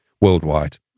worldwide